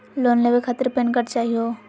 Loan लेवे खातीर PAN card चाहियो?